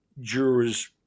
jurors